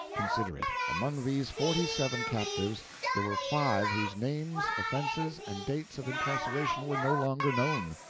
consider it among these forty-seven captives there were five whose names, offenses, and dates of incarceration were no longer known!